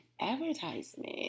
advertisement